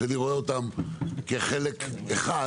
שאני רואה אותם כחלק אחד,